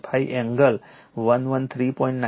015 angle 113